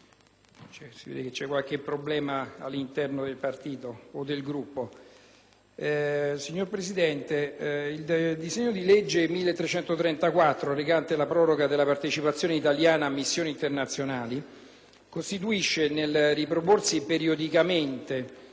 o del Gruppo. Il disegno di legge n. 1334, recante proroga della partecipazione italiana a missioni internazionali, costituisce, nel riproporsi periodicamente, ogni semestre, un atto di quelli che potremmo indicare quasi come dovuti,